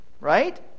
right